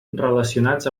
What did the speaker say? relacionats